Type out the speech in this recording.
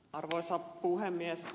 arvoisa puhemies